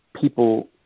people